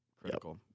critical